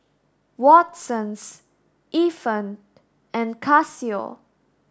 Watsons Ifan and Casio